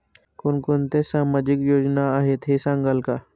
कोणकोणत्या सामाजिक योजना आहेत हे सांगाल का?